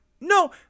no